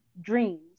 dreams